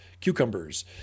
cucumbers